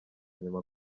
nyuma